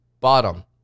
bottom